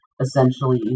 Essentially